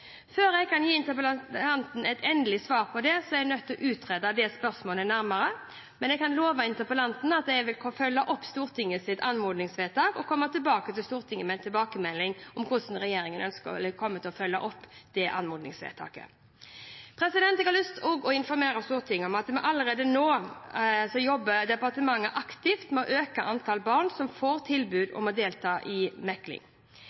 Før jeg kan gi interpellanten et endelig svar på det, er jeg nødt til å utrede spørsmålet nærmere, men jeg kan love interpellanten at jeg vil komme tilbake til Stortinget med en tilbakemelding om hvordan regjeringen kommer til å følge opp det anmodningsvedtaket. Jeg har også lyst til å informere Stortinget om at departementet allerede nå jobber aktivt med å øke antallet barn som får tilbud om å delta i mekling.